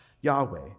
Yahweh